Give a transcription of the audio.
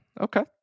Okay